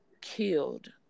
killed